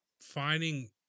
finding